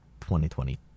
2020